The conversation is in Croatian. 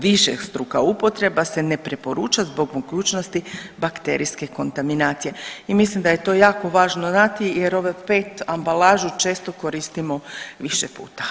Višestruka upotreba se ne preporuča zbog mogućnosti bakterijske kontaminacije i mislim da je to jako važno znati jer ovu pet ambalažu često koristimo više puta.